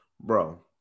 Bro